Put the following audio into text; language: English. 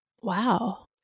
Wow